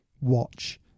watch